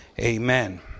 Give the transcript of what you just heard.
Amen